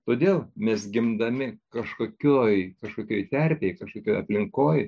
todėl mes gimdami kažkokioj kažkokioj terpėj kažkokioj aplinkoj